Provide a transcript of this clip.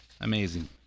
Amazing